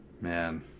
man